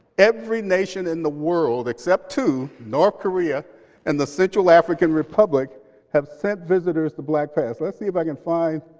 every nation in the world, except two north korea and the central african republic have sent visitors to blackpast. let's see if i can find